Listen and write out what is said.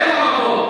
אין לך מקום.